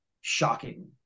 shocking